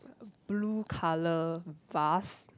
blue colour vase